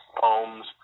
poems